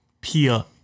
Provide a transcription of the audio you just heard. Pia